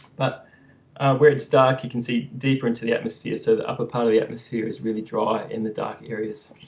but where it's dark you can see deeper into the atmosphere so that upper part of the atmosphere is really dry in the dark areas